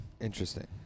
interesting